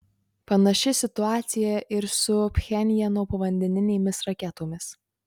panaši situacija ir su pchenjano povandeninėmis raketomis